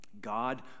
God